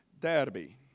Derby